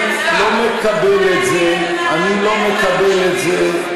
אני לא מקבל את זה,